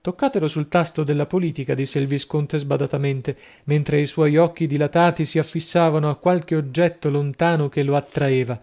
toccatelo sul tasto della politica disse il visconte sbadatamente mentre i suoi occhi dilatati si affissavano a qualche oggetto lontano che lo attraeva